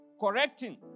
correcting